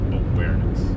awareness